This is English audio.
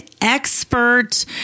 expert